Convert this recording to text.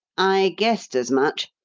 i guessed as much.